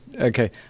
Okay